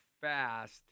fast